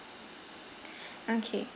okay